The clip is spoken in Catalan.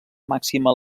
màxima